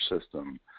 system